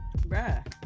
bruh